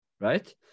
right